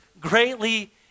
greatly